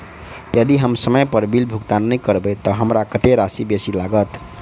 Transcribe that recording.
यदि हम समय पर बिल भुगतान नै करबै तऽ हमरा कत्तेक राशि बेसी लागत?